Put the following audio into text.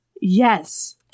Yes